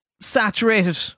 saturated